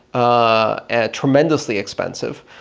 ah ah tremendously expensive,